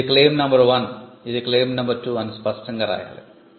ఇది claim number 1 ఇది claim number 2 అని స్పష్టంగా రాయాలి